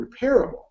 repairable